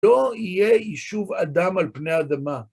לא יהיה יישוב אדם על פני אדמה.